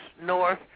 north